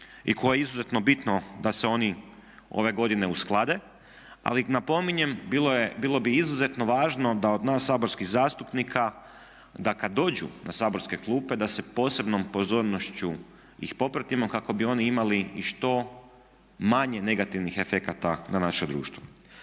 i koje je izuzetno bitno da se oni ove godine usklade, ali napominjem bilo bi izuzetno važno da od nas saborskih zastupnika da kad dođu na saborske klupe da sa posebnom pozornošću ih popratimo kako bi oni imali i što manje negativnih efekata na naše društvo.